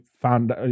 found